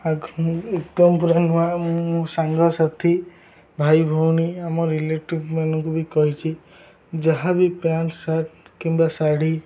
ପୁରା ନୂଆ ମୁଁ ମୋ ସାଙ୍ଗସାଥି ଭାଇ ଭଉଣୀ ଆମ ରିଲେଟିଭ୍ମାନଙ୍କୁ ବି କହିଛି ଯାହାବି ପ୍ୟାଣ୍ଟ ସାର୍ଟ କିମ୍ବା ଶାଢ଼ୀ